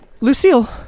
Lucille